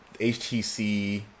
HTC